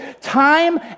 Time